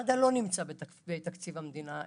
מד"א לא נמצא בתקציב המדינה,